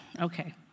okay